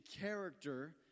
character